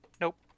nope